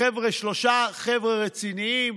שלושה חבר'ה רציניים,